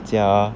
加